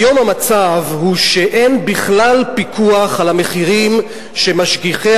כיום המצב הוא שאין בכלל פיקוח על המחירים שמשגיחי